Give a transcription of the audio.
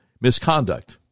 misconduct